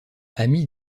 ami